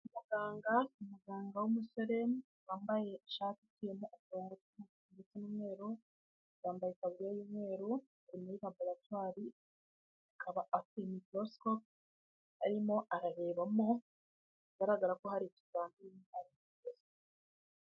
Umuganga w'umusore wambaye ishati y'umweru, yambaye itaburiya y'umweru, ari muri laboratwari, akaba afite mikorosikope, arimo ararebamo bigaragara ko hari ikigamijwe kinini.